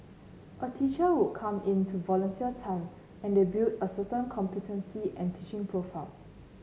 a teacher would come in to volunteer time and they build a certain competency and teaching profile